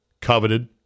coveted